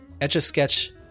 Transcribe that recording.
etch-a-sketch